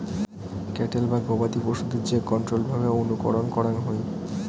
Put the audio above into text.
cattle বা গবাদি পশুদের যে কন্ট্রোল্ড ভাবে অনুকরণ করাঙ হই